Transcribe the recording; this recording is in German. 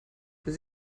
der